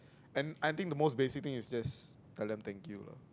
and I think the most basic thing is to just tell them thank you lah